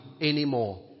anymore